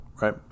Right